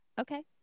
okay